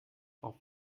auf